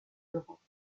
d’europe